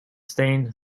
stain